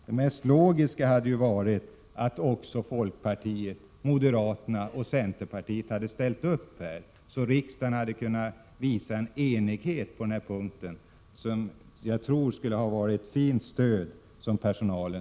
Det mest logiska hade varit att också folkpartiet, moderaterna och centerpartiet hade ställt upp, så att riksdagen hade kunnat visa en enighet på denna punkt, vilket jag tror skulle ha inneburit ett fint stöd för personalen.